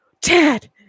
Dad